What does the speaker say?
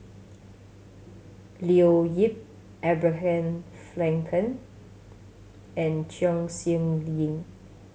Leo Yip Abraham Frankel and Chong Siew Ying